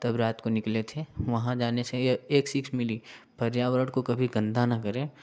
तब रात को निकले थे वहाँ जाने से यह एक सीख पर्यावरण को कभी गंदा ना करें